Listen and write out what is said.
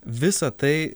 visa tai